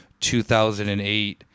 2008